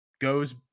goes